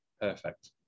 Perfect